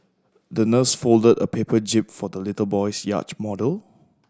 the nurse folded a paper jib for the little boy's yacht model